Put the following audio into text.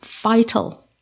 vital